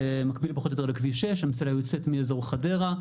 במקביל פחות או יותר לכביש 6. המסילה יוצאת מאזור חדרה,